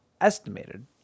estimated